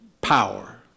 power